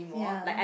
ya